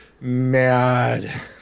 mad